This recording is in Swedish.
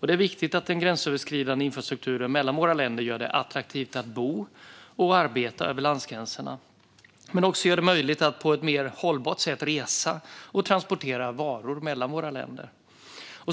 Det är viktigt att den gränsöverskridande infrastrukturen mellan våra länder gör det attraktivt att bo och arbeta över landsgränserna och också gör det möjligt att på ett mer hållbart sätt resa och transportera varor mellan våra länder.